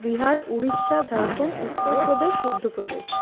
Bihar Orissa Jharkhand Uttar Pradesh Madhya Pradesh